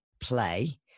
play